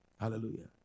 Hallelujah